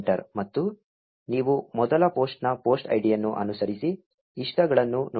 ಮತ್ತು ನೀವು ಮೊದಲ ಪೋಸ್ಟ್ನ ಪೋಸ್ಟ್ ಐಡಿಯನ್ನು ಅನುಸರಿಸಿ ಇಷ್ಟಗಳನ್ನು ನೋಡುತ್ತೀರಿ